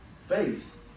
faith